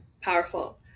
Powerful